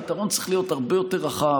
הפתרון צריך להיות הרבה יותר רחב,